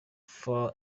for